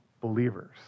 believers